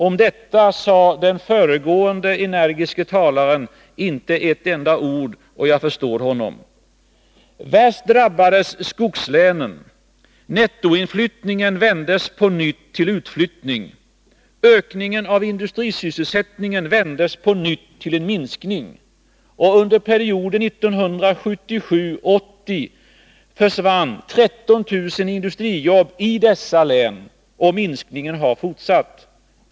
Om detta sade den föregående energiske talaren inte ett enda ord, och jag förstår honom. Värst drabbades skogslänen. Nettoinflyttningen vändes på nytt till utflyttning. Ökningen av industrisysselsättningen vändes på nytt till en minskning. Under perioden 1977-1980 försvann 13 000 industrijobb i dessa län — och minskningen har fortsatt.